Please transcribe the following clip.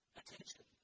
attention